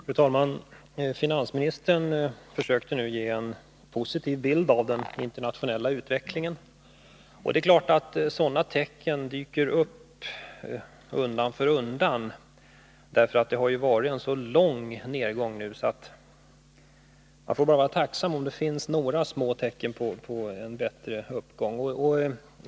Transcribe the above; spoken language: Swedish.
Fru talman! Finansministern försökte nu ge en positiv bild av den internationella utvecklingen. Det är klart att sådana tecken dyker upp undan för undan, eftersom det har varit en så lång nedgång nu, så att man får vara tacksam om det finns några små tecken på en uppgång.